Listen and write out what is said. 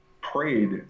prayed